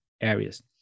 areas